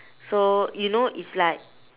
so you know it's like